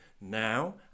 now